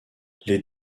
les